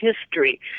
history